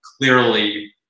Clearly